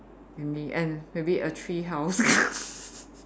in the end maybe a tree house